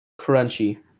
crunchy